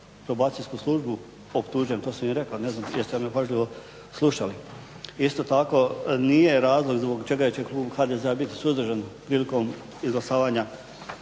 Probacijsku službu optužujem. To sam i rekao, ne znam jeste li me pažljivo slušali. Isto tako, nije razlog zbog čega će klub HDZ-a biti suzdržan prilikom izglasavanja